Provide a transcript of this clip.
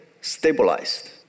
stabilized